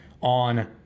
on